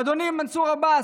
אדוני מנסור עבאס,